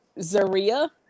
Zaria